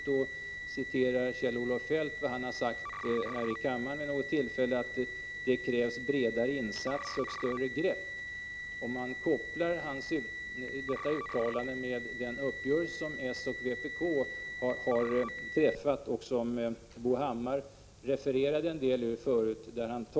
Kjell-Olof Feldt sade här i kammaren vid ett tillfälle, enligt Lars Leijonborg, att det krävs bredare insatser och större grepp. Bo Hammar refererade en passus ur presskommunikén med socialdemokraternas och vänsterpartiet kommunisternas uppgörelse, där det står att uppgörelsen också gäller utfästelser för kommande budgetår.